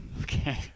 Okay